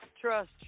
Trust